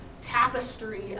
tapestry